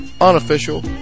unofficial